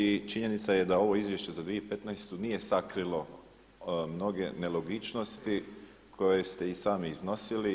I činjenica je da ovo Izvješće za 2015. nije sakrilo mnoge nelogičnosti koje ste i sami iznosili.